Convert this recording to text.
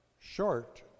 short